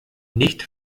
nicht